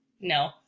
No